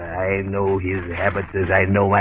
know his habit as i know i